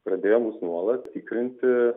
pradėjo mus nuolat tikrinti